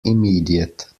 immediate